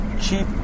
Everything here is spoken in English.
cheap